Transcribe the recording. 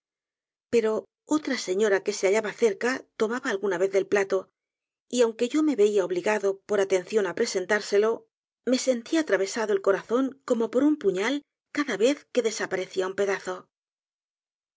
pero otr señora que se hallaba cerca tomaba alguna vez del plato y aunque yo me veia obligado por atención á presentárselo me sentía atravesado el corazón como por un puñal cada vez que desaparecía un pedazo